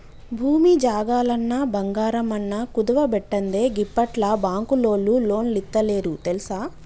భూమి జాగలన్నా, బంగారమన్నా కుదువబెట్టందే గిప్పట్ల బాంకులోల్లు లోన్లిత్తలేరు తెల్సా